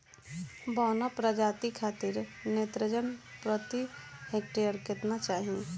बौना प्रजाति खातिर नेत्रजन प्रति हेक्टेयर केतना चाही?